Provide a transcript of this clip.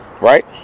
Right